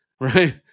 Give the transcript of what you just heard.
right